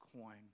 coin